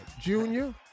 Junior